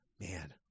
man